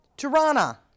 Tirana